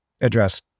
address